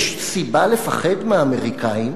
יש סיבה לפחד מהאמריקנים,